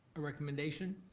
a recommendation.